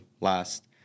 last